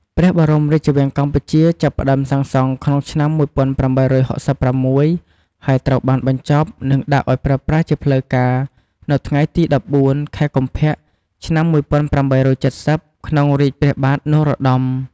ព្រះបរមរាជវាំងកម្ពុជា ចាប់ផ្ដើមសាងសង់ក្នុងឆ្នាំ ១៨៦៦ ហើយត្រូវបានបញ្ចប់ និងដាក់ឱ្យប្រើប្រាស់ជាផ្លូវការណ៍ នៅថ្ងៃទី ១៤ ខែកុម្ភៈ ឆ្នាំ ១៨៧០ ក្នុងរាជព្រះបាទ នរោត្តម ។